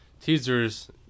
teasers